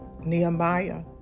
Nehemiah